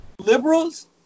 Liberals